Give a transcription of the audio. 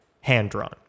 hand-drawn